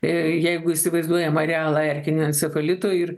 ir jeigu įsivaizduojam arealą erkinio encefalito ir